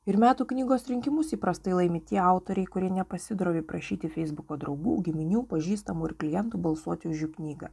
ir metų knygos rinkimus įprastai laimi tie autoriai kurie nepasidrovi prašyti feisbuko draugų giminių pažįstamų ir klientų balsuoti už jų knygą